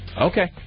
Okay